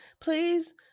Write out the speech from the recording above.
Please